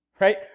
Right